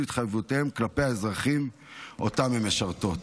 התחייבויותיהן כלפי האזרחים שאותם הן משרתות.